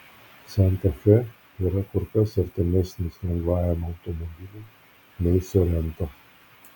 santa fe yra kur kas artimesnis lengvajam automobiliui nei sorento